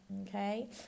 okay